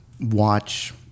watch